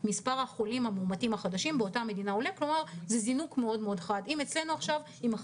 כלומר אנחנו מכפילים